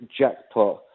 jackpot